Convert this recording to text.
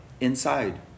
inside